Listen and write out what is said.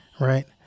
Right